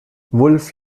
wulff